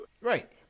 Right